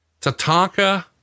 Tatanka